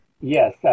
Yes